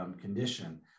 condition